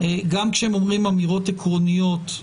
גם כשהם אומרים אמירות עקרוניות,